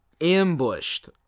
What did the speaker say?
ambushed